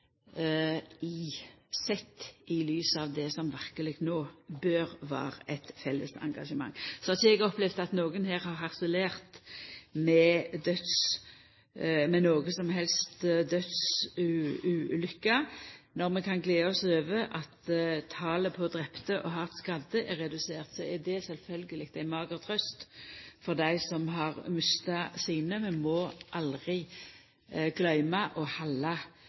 forhold, sett i lys av det som verkeleg bør vera eit felles engasjement. Så har eg ikkje opplevd at nokon her har harselert over nokre dødsulukker. Når vi kan gle oss over at talet på drepne og hardt skadde er redusert, så er det sjølvsagt ei mager trøyst for dei som har mista sine. Vi må aldri gløyma å